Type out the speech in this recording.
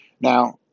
Now